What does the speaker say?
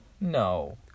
No